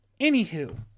anywho